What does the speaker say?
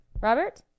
Robert